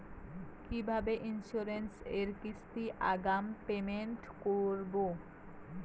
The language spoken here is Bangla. কিভাবে ইন্সুরেন্স এর কিস্তি আগাম পেমেন্ট করবো?